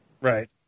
Right